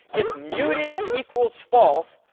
if muted equals false,